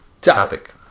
Topic